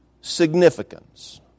significance